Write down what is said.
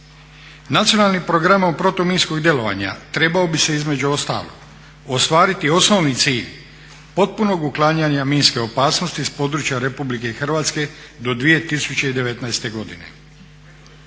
Nacionalnim programom protuminskog djelovanja trebao bi se između ostalog ostvariti osnovni cilj potpunog uklanjanja minske opasnosti iz područja Republike Hrvatske do 2019. godine.